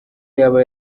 yaba